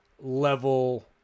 level